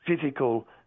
physical